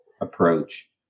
approach